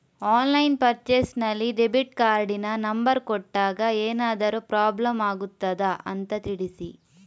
Online purchase ನಲ್ಲಿ debit ಕಾರ್ಡಿನ number ಕೊಟ್ಟಾಗ ಏನಾದರೂ ಪ್ರಾಬ್ಲಮ್ ಆಗುತ್ತದ ಅಂತ ತಿಳಿಸಿ?